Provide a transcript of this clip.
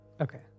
Okay